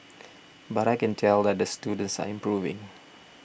but I can tell that the students are improving